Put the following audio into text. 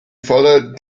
followed